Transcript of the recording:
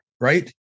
Right